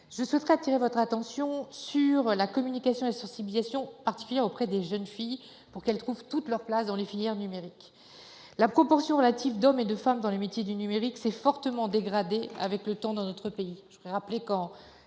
de nouvelles compétences. Il faut une communication et une sensibilisation particulières auprès des jeunes filles pour qu'elles trouvent toute leur place dans les filières numériques. La proportion relative d'hommes et de femmes dans les métiers du numérique s'est fortement dégradée avec le temps dans notre pays. Alors que, en